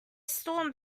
storm